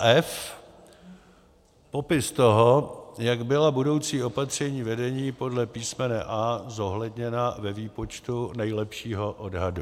f) popis toho, jak byla budoucí opatření vedení podle písmene a) zohledněna ve výpočtu nejlepšího odhadu;